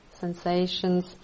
sensations